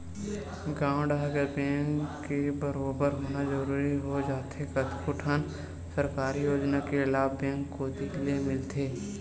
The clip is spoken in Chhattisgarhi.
गॉंव डहर के बेंक के बरोबर होना जरूरी हो जाथे कतको ठन सरकारी योजना के लाभ बेंक कोती लेही मिलथे